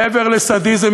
מעבר לסדיזם,